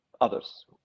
others